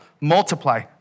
multiply